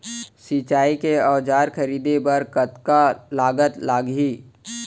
सिंचाई के औजार खरीदे बर कतका लागत लागही?